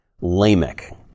Lamech